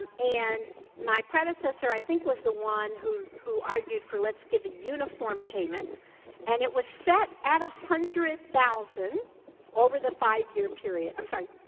and and my predecessor, i think, was the one who who argued for let's give a uniform payment and it was set at one hundred thousand over the five year period. i'm sorry,